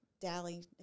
dally